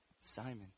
Simon